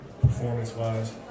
performance-wise